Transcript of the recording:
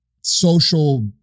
social